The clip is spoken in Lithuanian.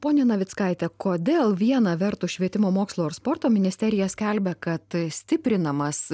pone navickaite kodėl viena vertus švietimo mokslo ir sporto ministerija skelbia kad stiprinamas